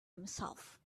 himself